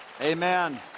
Amen